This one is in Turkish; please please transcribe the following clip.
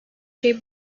şey